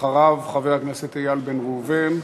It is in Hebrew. אחריו, חבר הכנסת איל בן ראובן.